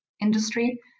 industry